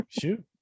shoot